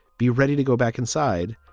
be ready to go back inside.